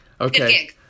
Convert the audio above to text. okay